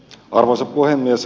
arvoisa puhemies